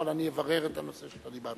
אבל אני אברר את הנושא שאתה דיברת עליו.